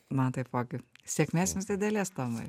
man taipogi sėkmės jums didelės tomai